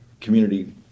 community